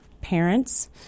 parents